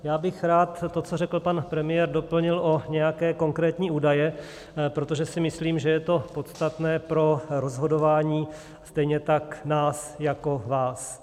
Já bych rád to, co řekl pan premiér, doplnil o nějaké konkrétní údaje, protože si myslím, že je to podstatné pro rozhodování stejně tak nás jako vás.